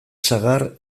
sagar